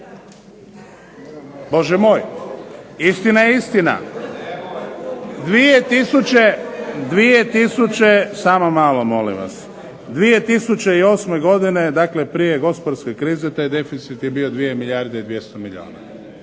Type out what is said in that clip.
Bože moj, istina je istina! 2008. godine, dakle prije gospodarske krize taj deficit je bio 2 milijarde i 200 milijuna.